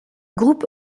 groupe